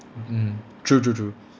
mm true true true